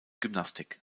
gymnastik